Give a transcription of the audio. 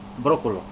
broccoli